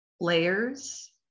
layers